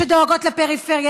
שדואגות לפרפריה,